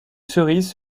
cerises